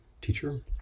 teacher